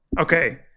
Okay